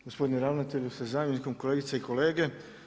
Gospodine ravnatelju sa zamjenikom, kolegice i kolege.